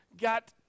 got